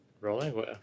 rolling